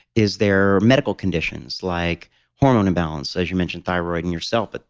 is there medical conditions like hormone imbalance? as you mentioned thyroid in yourself, but